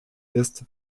ist